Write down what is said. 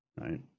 right